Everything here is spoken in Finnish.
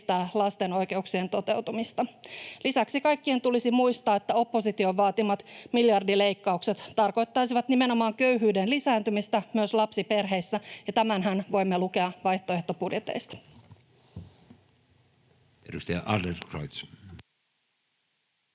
lasten oikeuksien toteutumista. Lisäksi kaikkien tulisi muistaa, että opposition vaatimat miljardileikkaukset tarkoittaisivat nimenomaan köyhyyden lisääntymistä myös lapsiperheissä, ja tämänhän voimme lukea vaihtoehtobudjeteista. Edustaja Adlercreutz.